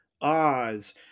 Oz